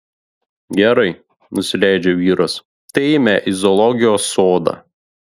gerai nusileidžia vyras tai eime į zoologijos sodą